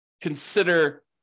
consider